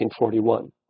1941